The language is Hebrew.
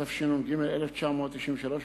התשנ"ג 1993,